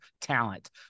talent